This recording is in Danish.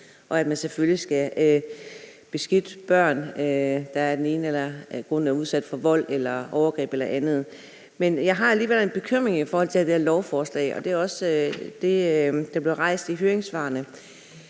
og at man selvfølgelig skal beskytte børn, der af den ene eller den anden grund er udsat for vold eller overgreb eller andet. Men jeg har alligevel en bekymring i forhold til det her lovforslag, og det er også blevet rejst i høringssvarene.